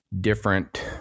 different